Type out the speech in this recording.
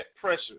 pressure